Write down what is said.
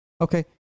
okay